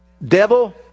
Devil